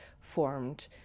formed